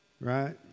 right